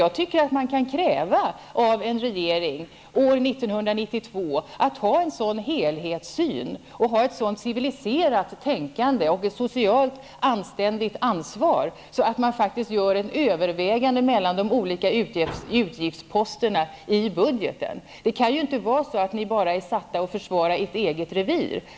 Jag tycker att man kan kräva av en regering år 1992 att den skall ha en sådan helhetssyn, ett så civiliserat tänkande och socialt anständigt ansvar att den faktiskt gör överväganden mellan de olika utgiftsposterna i budgeten. Ni kan ju inte vara satta att enbart försvara ert eget revir.